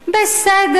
בסדר,